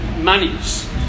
monies